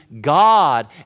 God